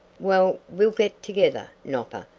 well, we'll get together, nopper,